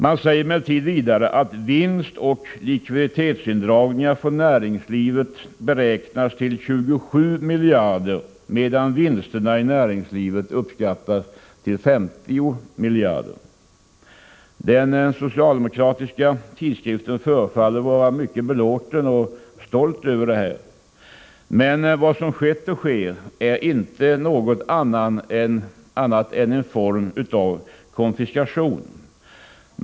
Man säger vidare att vinstoch likviditetsindragningar från näringslivet beräknas till 27 miljarder medan vinsterna i näringslivet uppskattas till 50 miljarder. Den socialdemokratiska tidskriften förefaller vara mycket belåten och stolt över detta. Men vad som skett och sker är inte något annat än en form av konfiskation.